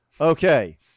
Okay